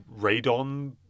radon